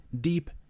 deep